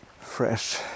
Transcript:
fresh